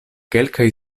kelkaj